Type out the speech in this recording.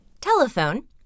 telephone